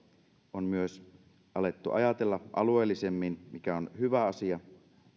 on myös alettu ajatella alueellisemmin mikä on hyvä asia